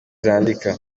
zandika